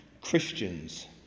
Christians